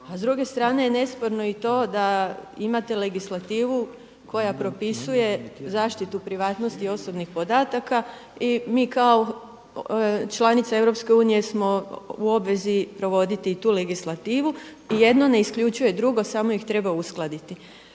A s druge strane je i nesporno to da imate legislativu koja propisuje zaštitu privatnosti osobnih podataka i mi kao članica Europske unije smo u obvezi provoditi i tu legislativu i jedno ne isključuje drugo samo ih treba uskladiti.